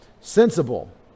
sensible